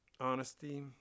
honesty